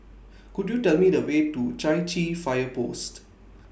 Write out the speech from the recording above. Could YOU Tell Me The Way to Chai Chee Fire Post